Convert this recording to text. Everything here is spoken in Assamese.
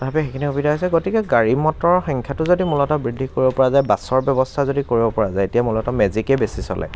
তথাপি সেইখিনি সুবিধা হৈছে গতিকে গাড়ী মটৰৰ সংখ্য়াটো যাতে মূলত বৃদ্ধি কৰিব পৰা যায় বাছৰ ব্য়ৱস্থা যদি কৰিব পৰা যায় এতিয়া মূলত মেজিকেই বেছি চলে